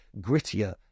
grittier